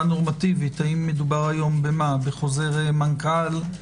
נורמטיבית הם מדובר היום בחוזה מנכ"ל?